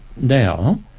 now